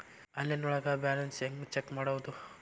Online ಒಳಗೆ balance ಹ್ಯಾಂಗ check ಮಾಡೋದು?